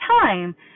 time